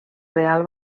real